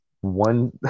one